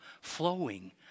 flowing